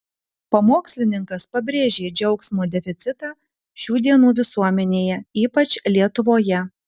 pamokslininkas pabrėžė džiaugsmo deficitą šių dienų visuomenėje ypač lietuvoje